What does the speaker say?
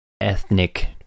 ethnic